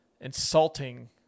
insulting